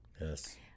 yes